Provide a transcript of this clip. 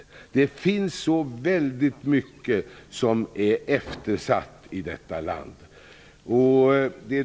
Det finns så väldigt mycket som är eftersatt i detta land.